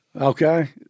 Okay